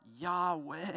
Yahweh